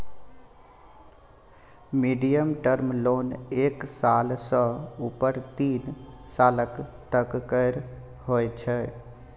medium term loan एक साल सँ उपर तीन सालक तक केर होइ छै